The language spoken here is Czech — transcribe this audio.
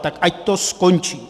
Tak ať to skončí.